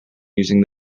using